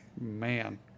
Man